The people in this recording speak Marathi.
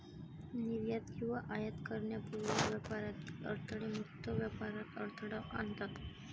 निर्यात किंवा आयात करण्यापूर्वी व्यापारातील अडथळे मुक्त व्यापारात अडथळा आणतात